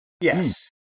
Yes